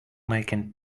making